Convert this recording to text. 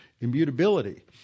immutability